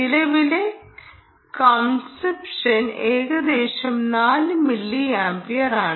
നിലവിലെ കൺസപ്ഷൻ ഏകദേശം 4 മില്ലിയാംപിയറാണ്